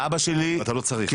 ואבא שלי כרופא,